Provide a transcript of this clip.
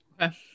Okay